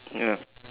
ya